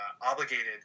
obligated